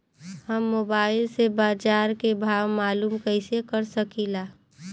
हम मोबाइल से बाजार के भाव मालूम कइसे कर सकीला?